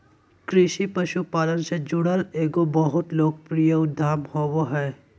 कृषि पशुपालन से जुड़ल एगो बहुत लोकप्रिय उद्यम होबो हइ